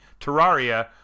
Terraria